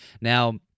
Now